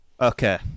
Okay